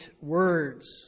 words